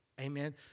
amen